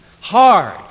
hard